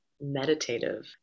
meditative